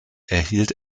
erhielt